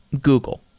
Google